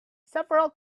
several